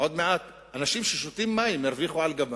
עוד מעט אנשים ששותים מים, ירוויחו על גבם,